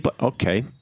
Okay